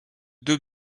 deux